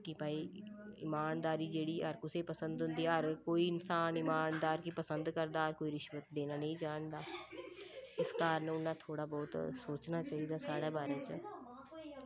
कि भाई ईमानदारी जेह्ड़ी हर कुसेई पसंद होंदी हर कोई इंसान ईमानदार गी पसंद करदा हर कोई रिश्वत देना नेईं जानदा इस कारण उ'नें थोह्ड़ा बौह्त सोचना चाहिदा साढ़ै बारै च